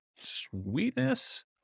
Sweetness